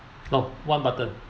no one button